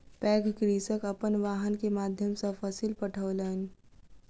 पैघ कृषक अपन वाहन के माध्यम सॅ फसिल पठौलैन